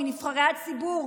מנבחרי הציבור,